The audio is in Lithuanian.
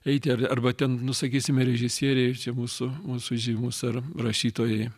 eiti ar arba ten nu sakysime režisieriai čia mūsų mūsų žymūs ar rašytojai